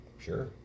Sure